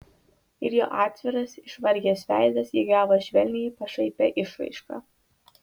ir jo atviras išvargęs veidas įgavo švelniai pašaipią išraišką